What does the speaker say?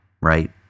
right